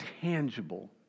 tangible